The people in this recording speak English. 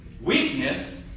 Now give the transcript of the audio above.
weakness